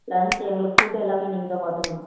lunch எங்களுக்கு food எல்லாமே நீங்கள் தான் பார்த்துக்கணும்